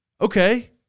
Okay